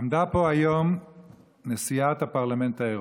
עמדה פה היום נשיאת הפרלמנט האירופי.